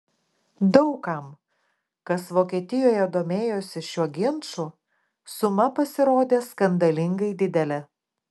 daug kam kas vokietijoje domėjosi šiuo ginču suma pasirodė skandalingai didelė